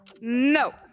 No